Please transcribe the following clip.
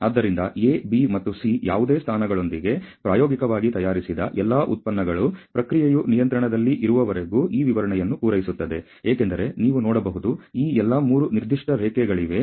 ಆದ್ದರಿಂದ A B ಮತ್ತು C ಯಾವುದೇ ಸ್ಥಾನಗಳೊಂದಿಗೆ ಪ್ರಾಯೋಗಿಕವಾಗಿ ತಯಾರಿಸಿದ ಎಲ್ಲಾ ಉತ್ಪನ್ನಗಳು ಪ್ರಕ್ರಿಯೆಯು ನಿಯಂತ್ರಣದಲ್ಲಿ ಇರುವವರೆಗೂ ಈ ವಿವರಣೆಯನ್ನು ಪೂರೈಸುತ್ತದೆ ಏಕೆಂದರೆ ನೀವು ನೋಡಬಹುದು ಈ ಎಲ್ಲಾ 3 ನಿರ್ದಿಷ್ಟ ರೇಖೆಗಳಲ್ಲಿವೆ